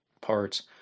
parts